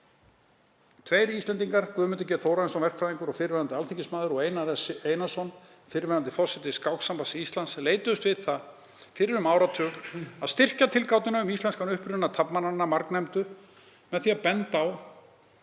Tveir Íslendingar, Guðmundur G. Þórarinsson, verkfræðingur og fyrrverandi alþingismaður, og Einar S. Einarsson, fyrrverandi forseti Skáksambands Íslands, leituðust við það fyrir um áratug að styrkja tilgátuna um íslenskan uppruna taflmannanna margnefndu með því að benda á